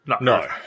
No